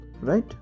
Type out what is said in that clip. right